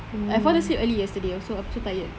I fell asleep early yesterday also I was so tired